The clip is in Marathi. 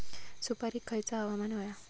सुपरिक खयचा हवामान होया?